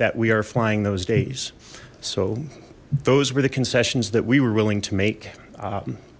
that we are flying those days so those were the concessions that we were willing to make